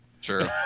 sure